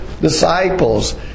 disciples